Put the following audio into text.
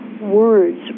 words